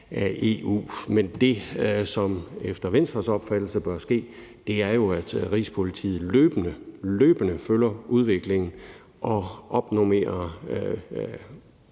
af EU. Men det, som der efter Venstres opfattelse bør ske, er, at Rigspolitiet løbende følger udviklingen og opnormerer